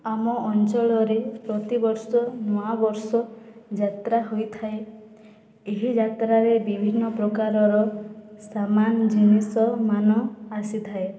ଆମ ଅଞ୍ଚଳରେ ପ୍ରତିବର୍ଷ ନୂଆବର୍ଷ ଯାତ୍ରା ହୋଇଥାଏ ଏହି ଯାତ୍ରାରେ ବିଭିନ୍ନ ପ୍ରକାରର ସାମାନ ଜିନିଷ ମାନ ଆସିଥାଏ